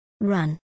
Run